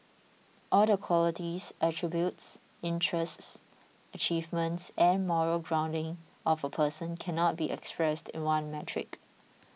all the qualities attributes interests achievements and moral grounding of a person cannot be expressed in one metric